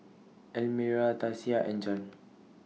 Almyra Tasia and Jann